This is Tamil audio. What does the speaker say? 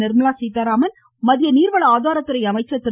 நிர்மலா சீத்தாராமன் மத்திய நீர்வள ஆதாரத்துறை அமைச்சர் திரு